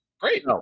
Great